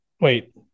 wait